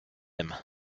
him